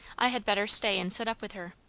i had better stay and sit up with her.